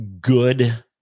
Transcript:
good